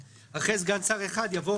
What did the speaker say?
אחרי "סגן שר אחד" יבוא